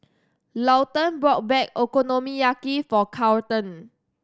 Lawton bought Okonomiyaki for Carlton